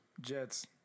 Jets